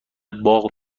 باغ